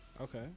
Okay